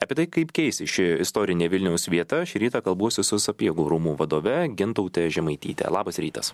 apie tai kaip keisis ši istorinė vilniaus vieta šį rytą kalbuosi su sapiegų rūmų vadove gintaute žemaityte labas rytas